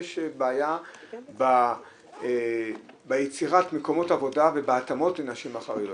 יש בעיה ביצירת מקומות עבודה ובהתאמות לנשים חרדיות.